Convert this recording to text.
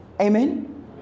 Amen